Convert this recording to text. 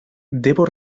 debo